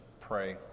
pray